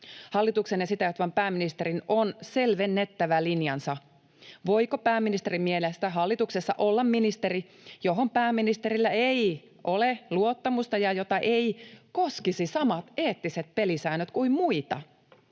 Hallituksen ja sitä johtavan pääministerin on selvennettävä linjansa: voiko pääministerin mielestä hallituksessa olla ministeri, johon pääministerillä ei ole luottamusta ja jota eivät koskisi samat eettiset pelisäännöt kuin muita.